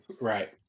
Right